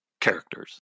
characters